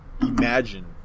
imagine